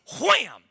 Wham